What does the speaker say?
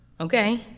okay